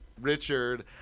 Richard